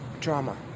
drama